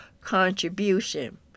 contribution